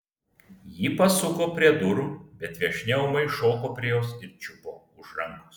ji pasuko prie durų bet viešnia ūmai šoko prie jos ir čiupo už rankos